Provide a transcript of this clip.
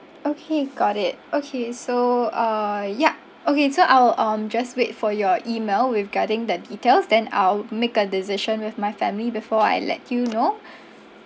okay got it okay so uh yup okay so I will um just wait for your email regarding the details then I will make a decision with my family before I let you know